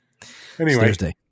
Thursday